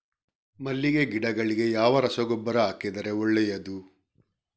ಮಲ್ಲಿಗೆ ಗಿಡಗಳಿಗೆ ಯಾವ ರಸಗೊಬ್ಬರ ಹಾಕಿದರೆ ಒಳ್ಳೆಯದು?